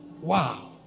Wow